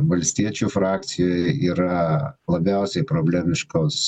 valstiečių frakcijoje yra labiausiai problemiškos